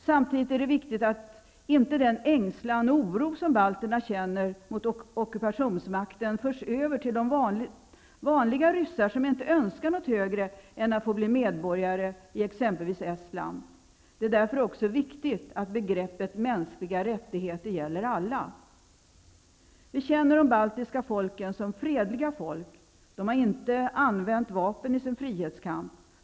Samtidigt är det viktigt att den ängslan och oro som balterna känner mot ockupationsmakten inte förs över till de vanliga ryssar som inte önskar något högre än att få bli medborgare i exempelvis Estland. Det är därför också viktigt att begreppet mänskliga rättigheter gäller alla. Vi känner de baltiska folken som fredliga folk. De har inte använt vapen i sin frihetskamp.